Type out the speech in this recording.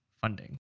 funding